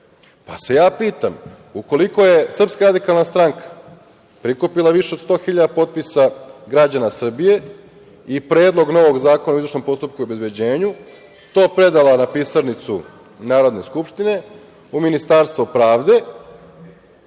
pa se ja pitam, ukoliko je SRS prikupila više od 100.000 potpisa građana Srbije i Predlog novog zakona o izvršnom postupku i obezbeđenju, to predala na pisarnicu Narodne skupštine, u Ministarstvo pravde,